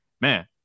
man